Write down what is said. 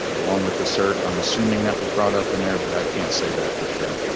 along with the cert, i'm assuming that was brought up in there, but i can't say that for sure.